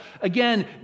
again